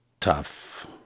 tough